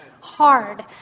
hard